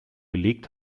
gelegt